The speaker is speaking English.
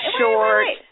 short